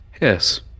Yes